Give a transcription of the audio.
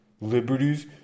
Liberties